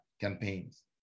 campaigns